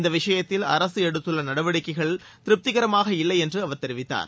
இந்த விஷயத்தில் அரசு எடுத்துள்ள நடவடிக்கைகளை திருப்திகரமாக இல்லை என்றும் அவர் தெரிவித்தார்